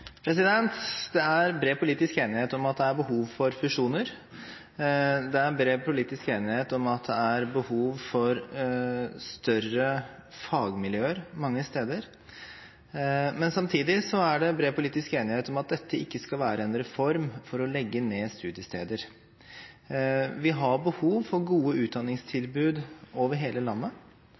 selv. Det er bred politisk enighet om at det er behov for fusjoner. Det er bred politisk enighet om at det er behov for større fagmiljøer mange steder. Men samtidig er det bred politisk enighet om at dette ikke skal være en reform for å legge ned studiesteder. Vi har behov for gode utdanningstilbud over hele landet.